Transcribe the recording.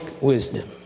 wisdom